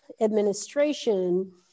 administration